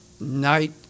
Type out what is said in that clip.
night